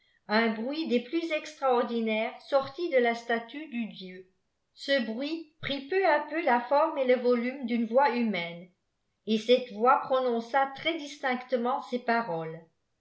un bruit des plus extraordinaires sortît de la statue du dieu ce bruit prit peu à peu la ïbrtnë et le volume d'une voix humaine et cette voix prononça tiès distinctement ces paroles